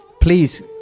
Please